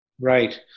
Right